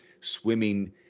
swimming